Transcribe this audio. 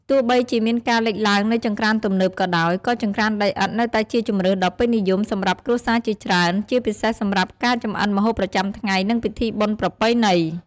ទោះបីជាមានការលេចឡើងនូវចង្ក្រានទំនើបក៏ដោយ ក៏ចង្ក្រានដីឥដ្ឋនៅតែជាជម្រើសដ៏ពេញនិយមសម្រាប់គ្រួសារជាច្រើន ជាពិសេសសម្រាប់ការចម្អិនម្ហូបប្រចាំថ្ងៃ និងពិធីបុណ្យប្រពៃណី។